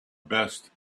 best